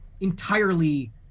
entirely